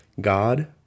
God